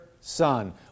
son